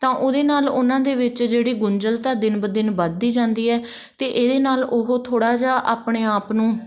ਤਾਂ ਉਹਦੇ ਨਾਲ ਉਹਨਾਂ ਦੇ ਵਿੱਚ ਜਿਹੜੀ ਗੁੰਝਲਤਾ ਦਿਨ ਬ ਦਿਨ ਵੱਧਦੀ ਜਾਂਦੀ ਹੈ ਅਤੇ ਇਹਦੇ ਨਾਲ ਉਹ ਥੋੜ੍ਹਾ ਜਿਹਾ ਆਪਣੇ ਆਪ ਨੂੰ